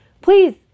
Please